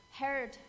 heard